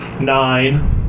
Nine